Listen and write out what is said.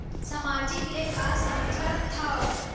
सामाजिक ले का समझ थाव?